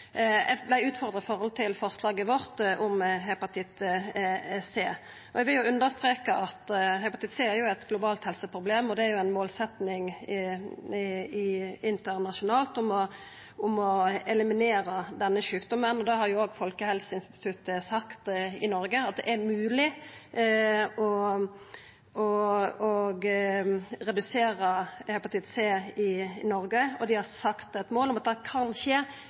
Eg vart utfordra med omsyn til forslaget vårt om hepatitt C. Eg vil understreka at hepatitt C er eit globalt helseproblem, og det er ei målsetjing internasjonalt å eliminera denne sjukdommen. Òg Folkehelseinstituttet har sagt at det er mogleg å redusera hepatitt C i Noreg, og dei har sett eit mål om at det kan skje